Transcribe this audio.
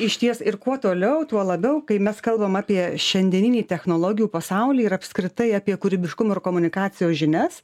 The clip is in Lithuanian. išties ir kuo toliau tuo labiau kai mes kalbam apie šiandieninį technologijų pasaulį ir apskritai apie kūrybiškumo ir komunikacijos žinias